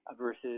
versus